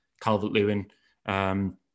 Calvert-Lewin